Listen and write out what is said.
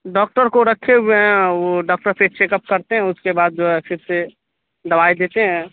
doctor کو رکھے ہوئے ہیں وہ ڈاکٹر پھر چیک اپ کرتے ہیں اس کے بعد ہے پھر سے دوائی دیتے ہیں